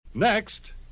Next